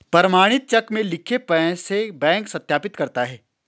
प्रमाणित चेक में लिखे पैसे बैंक सत्यापित करता है